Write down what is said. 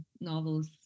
novels